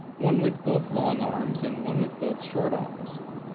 one with both long arms and one with both short arms.